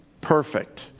perfect